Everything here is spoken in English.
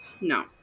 No